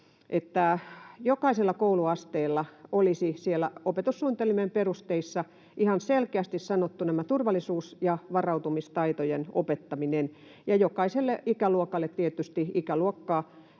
että jokaisella kouluasteella olisi siellä opetussuunnitelmien perusteissa ihan selkeästi sanottu tämä turvallisuus- ja varautumistaitojen opettaminen, ja jokaiselle ikäluokalle tietysti ikäluokalle